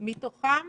מתוכם